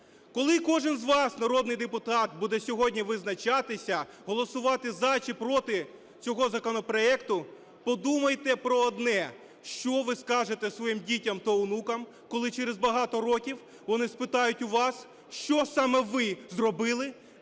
Коли кожен з вас, народний депутат, буде сьогодні визначатися, голосувати "за", чи "проти" цього законопроекту, подумайте про одне: що ви скажете своїм дітям та онукам, коли через багато років вони спитають у вас, що саме ви зробили